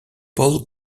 paul